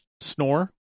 snore